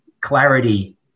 Clarity